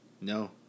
No